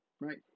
Right